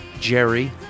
Jerry